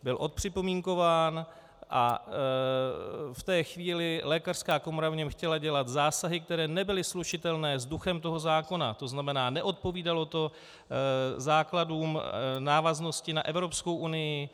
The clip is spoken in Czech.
Byl odpřipomínkován a v té chvíli lékařská komora v něm chtěla dělat zásahy, které nebyly slučitelné s duchem toho zákona, to znamená, neodpovídalo to základům, návaznosti na Evropskou unii.